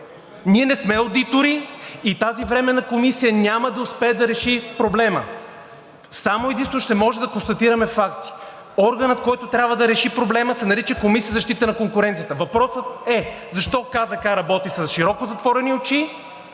Ние не сме одитори и тази временна комисия няма да успее да реши проблема – само и единствено ще може да констатираме факти. Органът, който трябва да реши проблема, се нарича Комисия за защита на конкуренцията. Въпросът е: защо КЗК работи с широко затворени очи?